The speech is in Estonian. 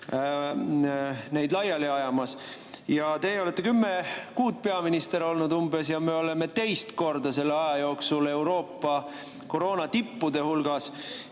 neid laiali ajamas. Teie olete umbes kümme kuud peaminister olnud ja me oleme teist korda selle aja jooksul Euroopa koroonatippude hulgas.